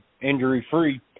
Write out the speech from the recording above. injury-free